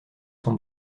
son